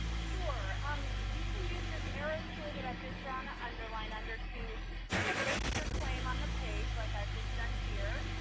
sure. um you can use this arrow tool that i've just drawn an underline under to your claim on the page, like i've just done here,